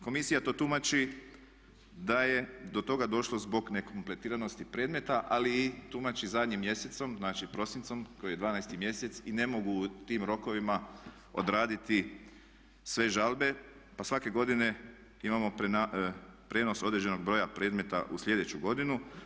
Komisija to tumači da je do toga došlo zbog nekompletiranosti predmeta ali i tumači zadnjim mjesecem, znači prosincom koji je 12. mjesec i ne mogu u tim rokovima odraditi sve žalbe pa svake godine imamo prijenos određenog broja predmeta u sljedeću godinu.